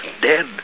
dead